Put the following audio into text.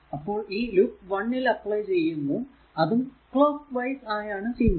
അപ്പോൾ ഈ ലൂപ്പ് 1 ൽ അപ്ലൈ ചെയ്യുന്നു അതും ക്ലോക്ക് വൈസ് ആയാണ് ചെയ്യുന്നത്